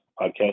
Podcast